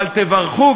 אבל תברכו,